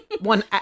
one